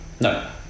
No